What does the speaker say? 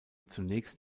zunächst